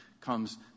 comes